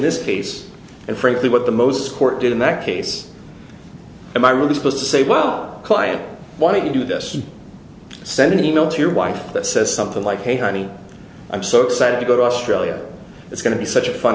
this case and frankly what the most court did in that case and i were disposed to say well client why do you do this send an email to your wife that says something like hey honey i'm so excited to go to australia it's going to be such a fun